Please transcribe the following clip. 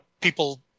people